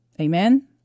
Amen